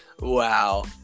wow